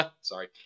Sorry